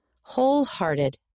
Wholehearted